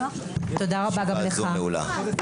ישיבה זו נעולה.